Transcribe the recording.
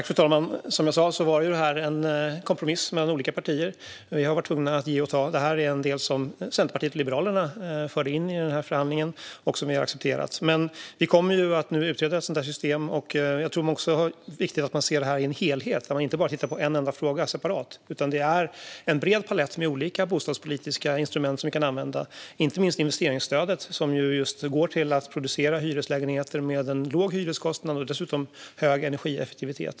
Fru talman! Som jag sa var detta en kompromiss mellan olika partier. Vi var tvungna att ge och ta. Detta var något som Centerpartiet och Liberalerna förde in i förhandlingen, och vi accepterade det. Systemet kommer nu att utredas. Jag tror att det är viktigt att man ser på detta i en helhet och inte bara tittar på en enda separat fråga. Det kommer att bli en bred palett med olika bostadspolitiska instrument som kan användas. Det gäller inte minst investeringsstödet som just går till att producera hyreslägenheter med låg hyreskostnad och dessutom hög energieffektivitet.